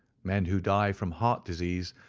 men who die from heart disease,